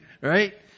Right